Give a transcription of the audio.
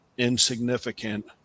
insignificant